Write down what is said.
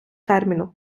терміну